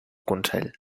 consell